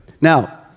Now